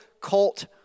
cult